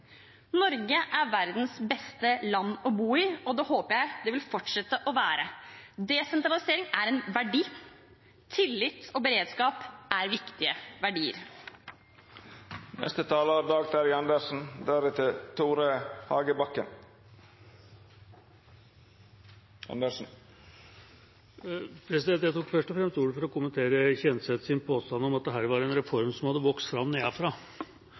Norge er verdens beste land å bo i, og det håper jeg det vil fortsette å være. Desentralisering er en verdi. Tillit og beredskap er viktige verdier. Jeg tok først og fremst ordet for å kommentere representanten Kjenseths påstand om at dette var en reform som hadde vokst fram